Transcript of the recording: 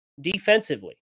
defensively